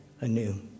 anew